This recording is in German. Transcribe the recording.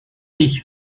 ich